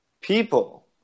People